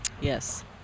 Yes